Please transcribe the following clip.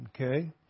okay